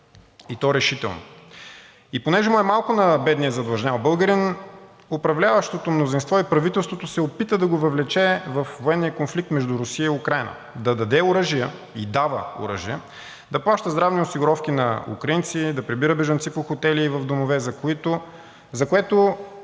и то решително. И понеже му е малко на бедния задлъжнял българин, управляващото мнозинство и правителството се опита да го въвлече във военния конфликт между Русия и Украйна – да даде оръжия и дава оръжия, да плаща здравни осигуровки на украинците, да прибира бежанци по хотели и в домове, за което